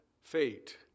fate